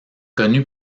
connu